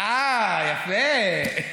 אהה, יפה.